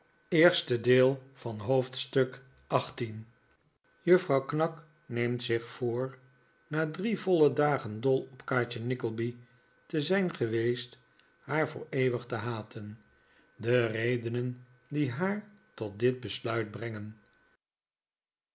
juffrouw knag neemt zich voor na drie voile dagen dol op kaatje nickleby te zijn geweest haar voor eeuwig te haten de redenen die haar tot dit besluit brengen